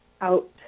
out